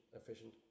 efficient